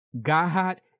God